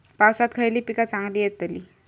पावसात खयली पीका चांगली येतली?